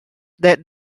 that